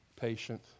patient